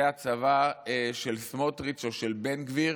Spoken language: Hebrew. זה הצבא של סמוטריץ' או של בן גביר.